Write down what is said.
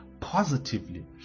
positively